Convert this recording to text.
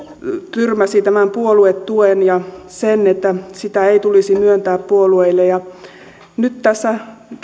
tyrmäsi tämän puoluetuen ja sen että sitä ei tulisi myöntää puolueille nyt tässä